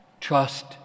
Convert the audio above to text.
Trust